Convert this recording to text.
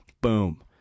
boom